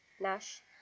Nash